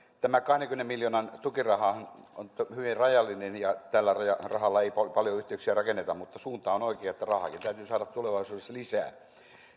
tämä kahdenkymmenen miljoonan tukirahahan on hyvin rajallinen ja tällä rahalla ei paljon yhteyksiä rakenneta mutta suunta on oikea rahaakin täytyy saada tulevaisuudessa lisää